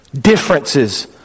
Differences